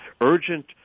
urgent